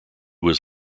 was